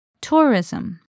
Tourism